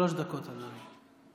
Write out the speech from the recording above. שלוש דקות, אדוני.